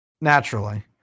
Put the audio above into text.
Naturally